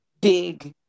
big